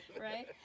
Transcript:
Right